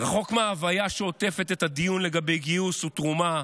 רחוק מההוויה שעוטפת את הדיון לגבי גיוס ותרומה.